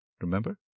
Remember